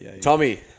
Tommy